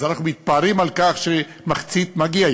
אז אנחנו מתפארים בכך שמחצית מגיעים,